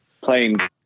Playing